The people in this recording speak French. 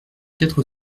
quatre